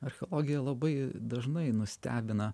archeologija labai dažnai nustebina